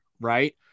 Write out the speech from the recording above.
Right